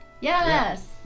Yes